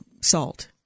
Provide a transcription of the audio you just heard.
salt